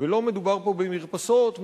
לא מדובר פה במרפסות,